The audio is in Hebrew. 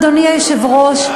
אדוני היושב-ראש,